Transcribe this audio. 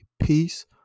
peace